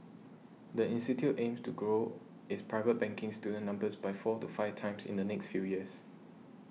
the institute aims to grow its private banking student numbers by four to five times in the next few years